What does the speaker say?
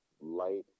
light